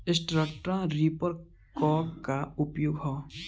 Straw reaper क का उपयोग ह?